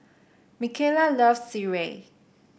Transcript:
Micayla loves Sireh